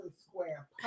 Square